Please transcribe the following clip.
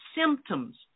symptoms